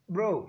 Bro